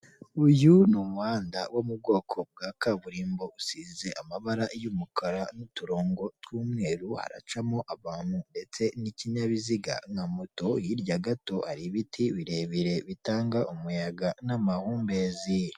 Uyu n'umuhanda wo mu bwoko bwa kaburimbo usize amabara y'umukara n'uturongo tw'umweru haracamo abantu ndetse n'ikinyabiziga nka moto hirya gato hari ibiti birebire bitanga umuyaga n'amahumbezi.